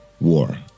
War